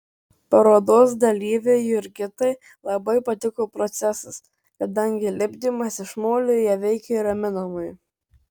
parodos dalyvei jurgitai labai patiko procesas kadangi lipdymas iš molio ją veikė raminamai